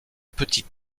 petits